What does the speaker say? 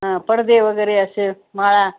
हा पडदेवगैरे असे माळा